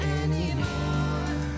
anymore